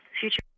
Future